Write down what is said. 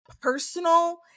personal